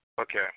Okay